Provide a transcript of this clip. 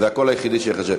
זה הקול היחידי שייחשב.